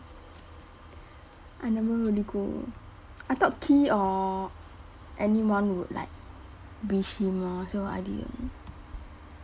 I never really go I thought kee or anyone would like wish him lor so I didn't